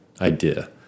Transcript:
idea